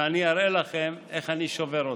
ואני אראה לכם איך אני שובר אותה.